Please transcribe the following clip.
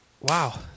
wow